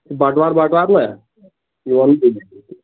بٹہٕ وار بٹہٕ وار نا